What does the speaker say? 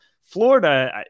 Florida